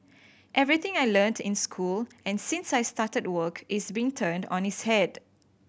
everything I learnt in school and since I started work is being turned on its head